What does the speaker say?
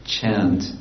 chant